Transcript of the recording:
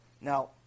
Now